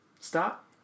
Stop